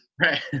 Right